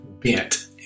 bent